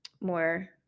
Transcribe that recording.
more